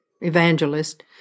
evangelist